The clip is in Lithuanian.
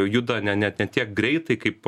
juda ne ne net tiek greitai kaip